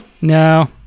No